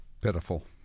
Pitiful